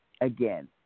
again